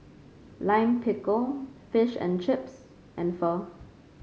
Lime Pickle Fish and Chips and Pho